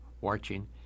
watching